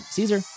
Caesar